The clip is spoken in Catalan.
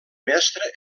mestre